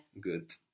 Good